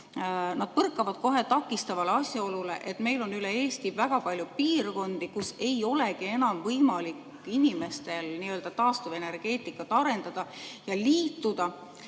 põrkavad kohe takistavale asjaolule, et üle Eesti on väga palju piirkondi, kus ei olegi enam võimalik inimestel taastuvenergeetikat arendada ja sellega